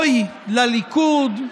אוי לליכוד,